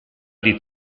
die